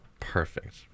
perfect